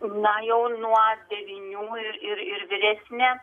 na jau nuo devynių ir ir vyresni